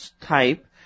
type